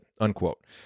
Unquote